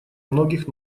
многих